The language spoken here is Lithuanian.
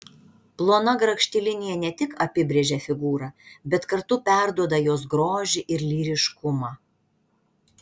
plona grakšti linija ne tik apibrėžia figūrą bet kartu perduoda jos grožį ir lyriškumą